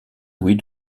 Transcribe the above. louis